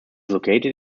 located